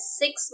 six